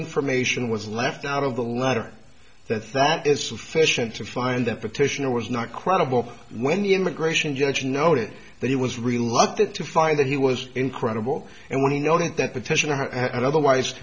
information was left out of the letter that that is sufficient to find the petitioner was not credible when the immigration judge noted that he was reluctant to find that he was incredible and when he noted that petition had otherwise